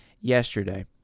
yesterday